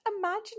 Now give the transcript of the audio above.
Imagine